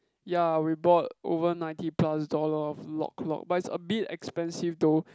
ya we bought over ninety plus dollar of Lok Lok but it's a bit expensive though